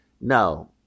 No